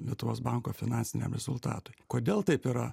lietuvos banko finansiniam rezultatui kodėl taip yra